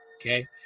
Okay